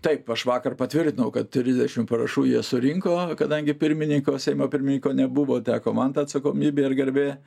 taip aš vakar patvirtinau kad trisdešimt parašų jie surinko kadangi pirmininko seimo pirmininko nebuvo teko man ta atsakomybė ir garbė